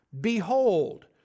Behold